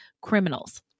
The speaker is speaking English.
criminals